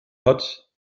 hat